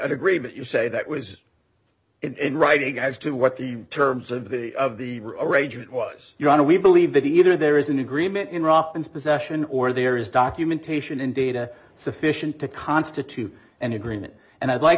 agree but you say that was in writing as to what the terms of the of the arrangement was your honor we believe that either there is an agreement in ruffins possession or there is documentation in data sufficient to constitute an agreement and i'd like